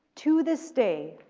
to this day,